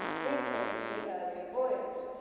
retracing the earlier voyage.